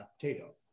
potato